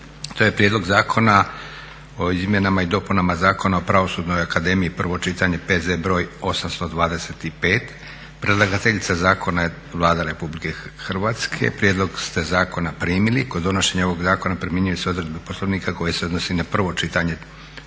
To je - Prijedlog zakona o izmjenama i dopunama Zakona o Pravosudnoj akademiji, prvo pitanje, P.Z. br. 825. Predlagateljica zakona je Vlada RH. Prijedlog ste zakona primili. Kod donošenja ovog zakona primjenjuju se odredbe Poslovnika koje se odnose na prvo čitanje